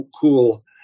cool